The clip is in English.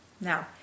Now